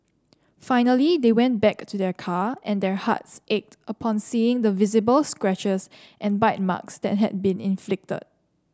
finally they went back to their car and their hearts ached upon seeing the visible scratches and bite marks that had been inflicted